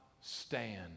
stand